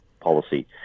policy